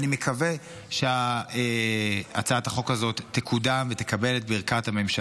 אני מקווה שהצעת החוק הזאת תקודם ותקבל את ברכת הממשלה.